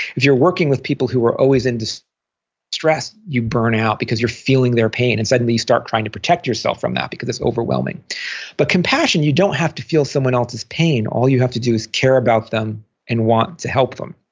if you're working with people who are always in distress, you burn out because you're feeling their pain and suddenly, you start trying to protect yourself from that because it's overwhelming but compassion, you don't have to feel someone else's pain. all you have to do is care about them and want to help them.